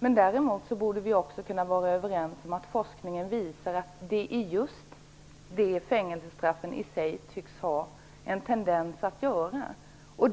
Men vi borde också kunna vara överens om att forskningen visar att det är just det som fängelsestraffen i sig tycks ha en tendens att göra.